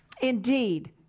indeed